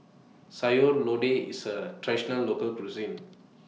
Sayur Lodeh IS A Traditional Local Cuisine